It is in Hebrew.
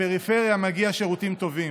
לפריפריה מגיעים שירותים טובים,